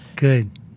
Good